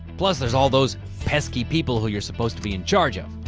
plus, there's all those pesky people who you're supposed to be in charge of.